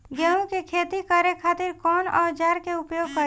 गेहूं के खेती करे खातिर कवन औजार के प्रयोग करी?